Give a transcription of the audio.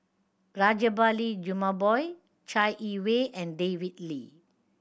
Rajabali Jumabhoy Chai Yee Wei and David Lee